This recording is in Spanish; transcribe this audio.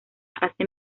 hace